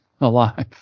alive